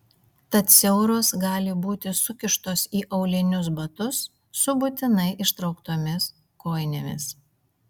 tad siauros gali būti sukištos į aulinius batus su būtinai ištrauktomis kojinėmis